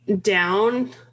down